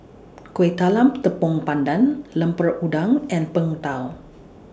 Kueh Talam The Tepong Pandan Lemper Udang and Png Tao